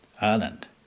Ireland